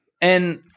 And-